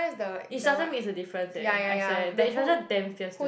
instructor makes a difference eh I swear the instructor damn fierce too